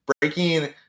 breaking